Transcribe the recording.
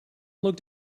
looked